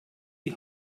die